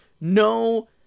no